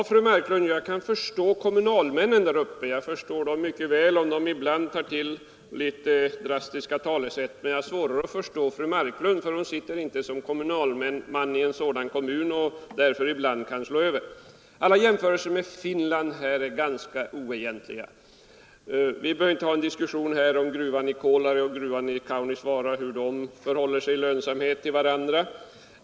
Fru talman! Jag kan förstå kommunalmännen däruppe, fru Marklund. Jag förstår mycket väl att de ibland kan slå över och ta till litet drastiska talesätt. Men jag har svårare att förstå fru Marklund, för hon är inte kommunalman i någon sådan kommun. Alla jämförelser med Finland i detta avseende är ganska oegentliga. Vi bör här inte ta upp någon diskussion om gruvan i Kolari och om gruvan i Kaunisvaara eller om hur de i lönsamhet förhåller sig till varandra.